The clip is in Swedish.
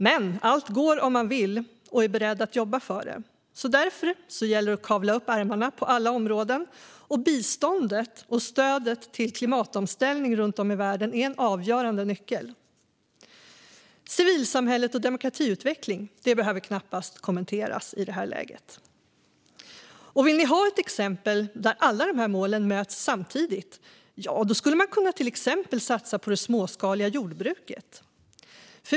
Men allt går om man vill och är beredd att jobba för det, så därför gäller det att kavla upp ärmarna på alla områden. Biståndet och stödet till klimatomställning runt om i världen är en avgörande nyckel. Ytterligare ett exempel är civilsamhället och demokratiutveckling. Det behöver knappast kommenteras i detta läge. Och vill ni ha ett exempel där alla dessa mål möts samtidigt skulle det kunna vara satsning på det småskaliga jordbruket.